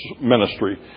ministry